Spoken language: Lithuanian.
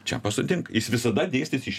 čia pasodink jis visada dėstys iš